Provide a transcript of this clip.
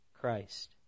Christ